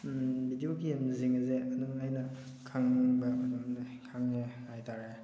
ꯎꯝ video ꯒꯦꯝꯁꯤꯡ ꯑꯁꯦ ꯑꯗꯨꯝ ꯑꯩꯅ ꯈꯪꯕ ꯈꯪꯉꯦ ꯍꯥꯏꯇꯥꯔꯦ